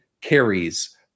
carries